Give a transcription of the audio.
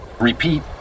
Repeat